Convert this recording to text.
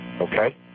Okay